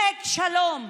פייק שלום?